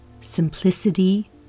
simplicity